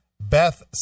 Beth